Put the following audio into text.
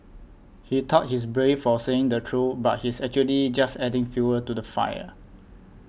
he thought he's brave for saying the truth but he's actually just adding fuel to the fire